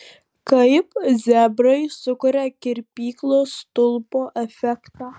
kaip zebrai sukuria kirpyklos stulpo efektą